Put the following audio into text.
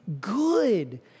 good